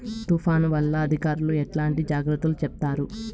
తుఫాను వల్ల అధికారులు ఎట్లాంటి జాగ్రత్తలు చెప్తారు?